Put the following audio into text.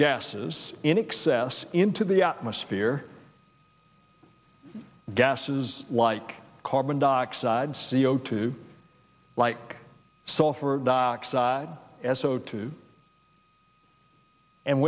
gases in excess into the atmosphere gases like carbon dioxide c o two like sulfur dioxide as so too and